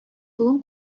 бүген